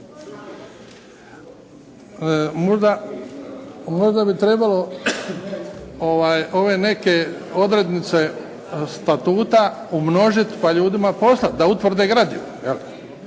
Možda bi trebalo ove neke odrednice statuta umnožiti pa ljudima poslati da utvrde gradivo.